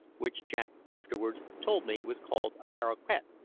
which jack afterwards told me was called a paroquet.